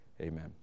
Amen